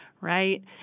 right